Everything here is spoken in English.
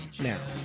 now